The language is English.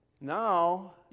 now